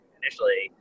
initially